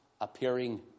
appearing